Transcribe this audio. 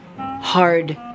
hard